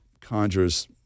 conjures